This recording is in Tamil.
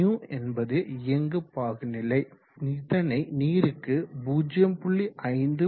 υ என்பது இயங்கு பாகுநிலை இதனை நீருக்கு 0